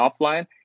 offline